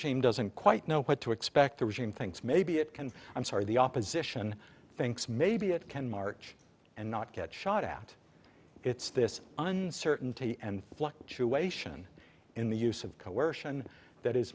chain doesn't quite know what to expect the regime thinks maybe it can i'm sorry the opposition thinks maybe it can march and not get shot at it's this uncertainty and fluctuation in the use of coercion that is